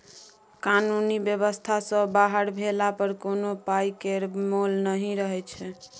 कानुनी बेबस्था सँ बाहर भेला पर कोनो पाइ केर मोल नहि रहय छै